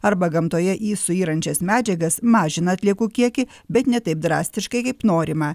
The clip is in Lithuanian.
arba gamtoje į suyrančias medžiagas mažina atliekų kiekį bet ne taip drastiškai kaip norima